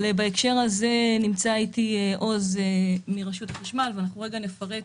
בהקשר הזה נמצא אתי עוז לוי מרשות החשמל ואנחנו נפרט